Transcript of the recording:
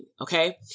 Okay